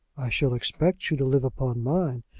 i shall expect you to live upon mine,